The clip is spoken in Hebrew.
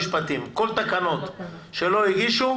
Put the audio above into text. צר לי שבתקופה שהממשלה לא כל-כך עובדת והמשרדים לא כל-כך מתפקדים,